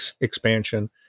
expansion